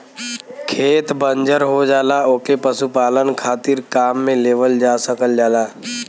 खेत बंजर हो जाला ओके पशुपालन खातिर काम में लेवल जा सकल जाला